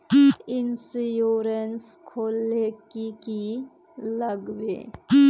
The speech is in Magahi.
इंश्योरेंस खोले की की लगाबे?